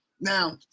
now